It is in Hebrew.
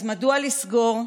אז מדוע לסגור,